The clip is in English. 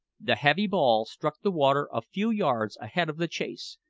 the heavy ball struck the water a few yards ahead of the chase,